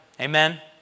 Amen